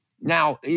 Now